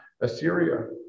Assyria